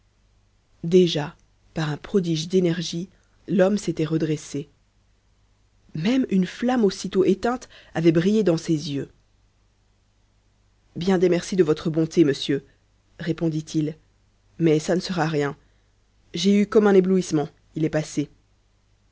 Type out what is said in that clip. déjà par un prodige d'énergie l'homme s'était redressé même une flamme aussitôt éteinte avait brillé dans ses yeux bien des merci de votre bonté monsieur répondit-il mais ça ne sera rien j'ai eu comme un éblouissement il est passé